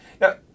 now